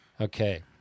okay